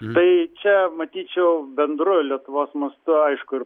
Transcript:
tai čia matyčiau bendru lietuvos mastu aišku ir